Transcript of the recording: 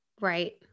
Right